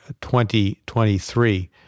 2023